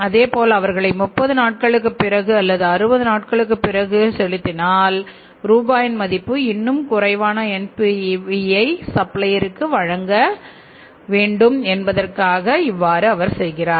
அதேபோல் அவர்களை 30 நாட்களுக்குப் பிறகு அல்லது 60 நாட்களுக்குப் பிறகு செலுத்தினால் ரூபாயின் மதிப்பு இன்னும் குறைவான NPVயை சப்ளையருக்கு வழங்க விரும்புகிறார் என்று நாம் கருத வேண்டும்